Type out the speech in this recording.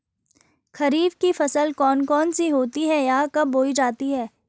खरीफ की फसल कौन कौन सी होती हैं यह कब बोई जाती हैं?